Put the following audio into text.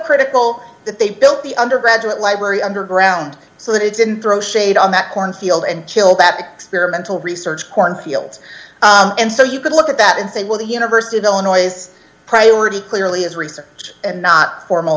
critical that they built the undergraduate library underground so they didn't throw shade on that corn field and kill that experimental research corn fields and so you could look at that and say well the university of illinois priority clearly is research and not formal